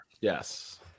Yes